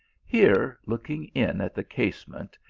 here, looking in at the casement,